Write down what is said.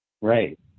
Right